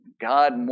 God